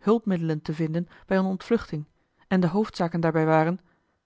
hulpmiddelen te vinden bij eene ontvluchting en de hoofdzaken daarbij waren